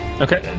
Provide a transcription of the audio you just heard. Okay